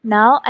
Now